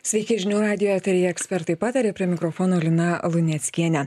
sveiki žinių radijo eteryje ekspertai pataria prie mikrofono lina luneckienė